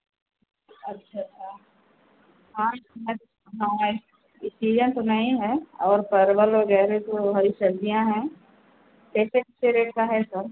अच्छा हाँ इस सीजन तो नहीं है और परवल वगैरह तो हरी सब्ज़ियाँ हैं कैसे कैसे रेट का है सर